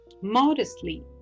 modestly